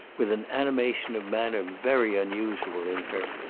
with an animation of manner very unusual in her,